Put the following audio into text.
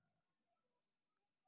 मनरेगा सूचित नाम कुंसम करे चढ़ो होबे?